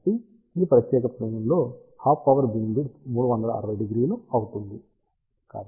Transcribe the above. కాబట్టి ఈ ప్రత్యేక ప్లేన్ లో హాఫ్ పవర్ బీమ్ విడ్త్ 3600 అవుతుంది